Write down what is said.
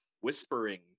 whispering